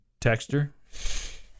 Texter